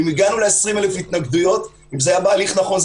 הגענו ל-20,000 התנגדויות ואם זה היה בהליך נכון,